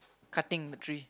cutting the tree